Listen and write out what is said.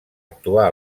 actuar